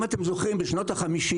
אם אתם זוכרים, בשנות ה-50,